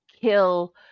kill